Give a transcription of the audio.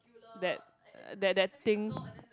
that that that thing